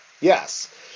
Yes